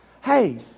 Hey